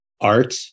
art